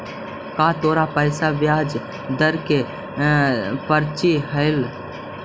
का तोरा पास ब्याज दर के पर्ची हवअ